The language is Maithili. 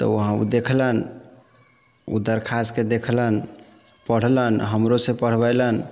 तऽ वहाँ ओ देखलनि ओ दरख्वास्तके देखलनि पढ़लनि हमरोसँ पढ़बओलनि